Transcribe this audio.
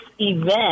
event